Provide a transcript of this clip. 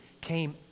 came